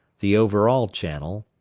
the overall channel,